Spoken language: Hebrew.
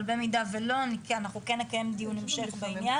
אבל במידה ולא, אנחנו כן נקיים דיון המשך בעניין.